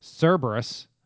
Cerberus